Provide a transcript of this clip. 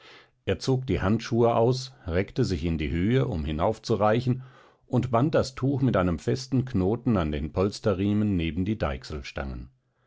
er zog die handschuhe aus reckte sich in die höhe um hinaufzureichen und band das tuch mit einem festen knoten an den polsterriemen neben die